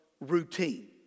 routine